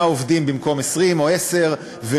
100 עובדים במקום 20 או עשרה,